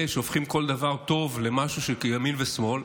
שהופכים כל דבר טוב למשהו שהוא כימין ושמאל,